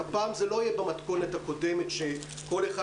הפעם זה לא יהיה במתכונת הקודמת שכל אחד